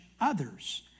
others